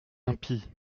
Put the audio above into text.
impie